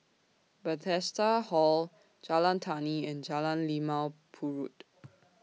Bethesda Hall Jalan Tani and Jalan Limau Purut